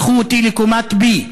לקחו אותי לקומה B,